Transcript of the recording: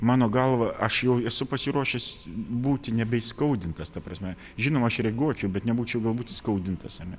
mano galva aš jau esu pasiruošęs būti nebeįskaudintas ta prasme žinoma aš reaguočiau bet nebūčiau galbūt įskaudintas ar ne